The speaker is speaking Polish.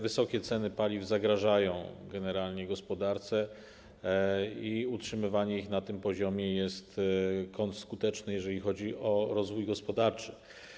Wysokie ceny paliw zagrażają generalnie gospodarce i utrzymywanie ich na tym poziomie jest kontrskuteczne, jeżeli chodzi o rozwój gospodarczy.